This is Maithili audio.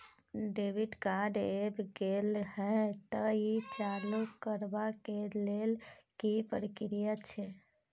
डेबिट कार्ड ऐब गेल हैं त ई चालू करबा के लेल की प्रक्रिया छै?